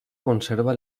conserva